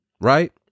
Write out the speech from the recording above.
Right